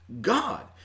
God